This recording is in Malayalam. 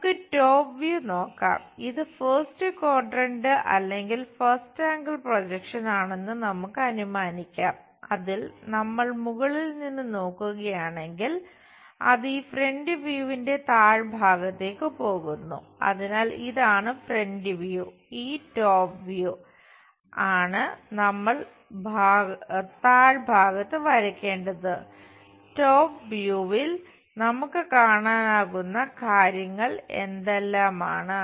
നമുക്ക് ടോപ് വ്യൂ നമുക്ക് കാണാനാകുന്ന കാര്യങ്ങൾ എന്തെല്ലാമാണ്